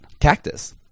cactus